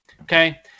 Okay